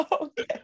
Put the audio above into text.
Okay